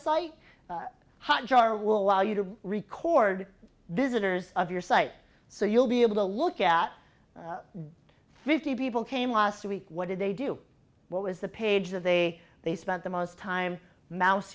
site hot jar will allow you to record visitors of your site so you'll be able to look at fifty people came last week what did they do what was the page that they they spent the most time m